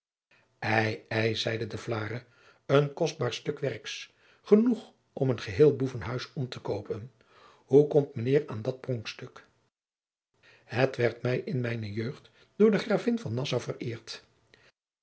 ei ei zeide de vlaere een kostbaar stuk werks genoeg om een geheel boevenhuis om te koopen hoe komt mijnheer aan dat pronkstuk het werd mij in mijne jeugd door de gravin van nassau vereerd